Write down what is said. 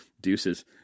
Deuces